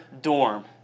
dorm